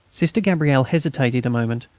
sister gabrielle hesitated a moment,